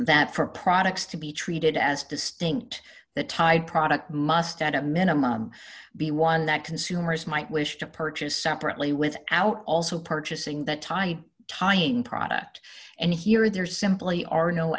that for products to be treated as distinct that tied product must at a minimum be one that consumers might wish to purchase separately without also purchasing that type tying product and here there simply are no